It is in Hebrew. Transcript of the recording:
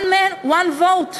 one man one vote,